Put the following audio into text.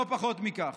לא פחות מכך.